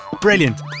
Brilliant